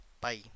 bye